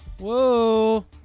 Whoa